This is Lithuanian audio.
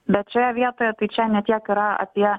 bet šioje vietoje tai čia ne tiek yra apie